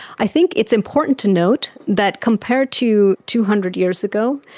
i think it's important to note that compared to two hundred years ago,